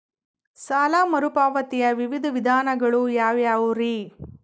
ಸಾಲ ಮರುಪಾವತಿಯ ವಿವಿಧ ವಿಧಾನಗಳು ಯಾವ್ಯಾವುರಿ?